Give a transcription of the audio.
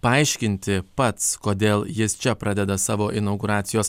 paaiškinti pats kodėl jis čia pradeda savo inauguracijos